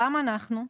גם אנחנו.